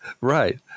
Right